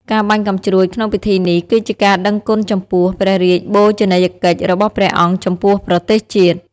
ការបាញ់កាំជ្រួចក្នុងពិធីនេះ គឺជាការដឹងគុណចំពោះព្រះរាជបូជនីយកិច្ចរបស់ព្រះអង្គចំពោះប្រទេសជាតិ។